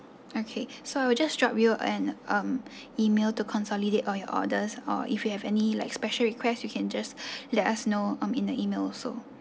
okay so I will just drop you an um email to consolidate all your orders or if you have any like special request you can just let us know um in the email also